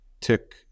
tick